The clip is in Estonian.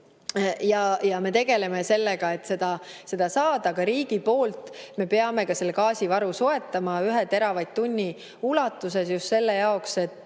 Me tegeleme sellega, et seda saada, ka riigi poolt me peame ka selle gaasivaru soetama ühe teravatt-tunni ulatuses, just selle jaoks, et